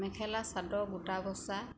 মেখেলা চাদৰ বুটা বচা